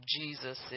Jesus